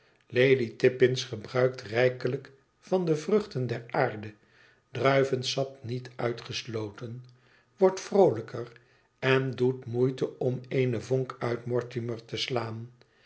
lady tippins gebruikt rijkelijk van de vruchten der aarde druivensap niet uitgesloten wordt vroolijker en doet moeite om eene vonk uit mortimer te slaan